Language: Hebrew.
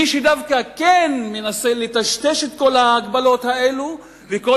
מי שדווקא כן מנסה לטשטש את ההגבלות האלה ואת כל